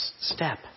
step